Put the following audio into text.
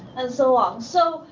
and so on. so,